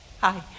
Hi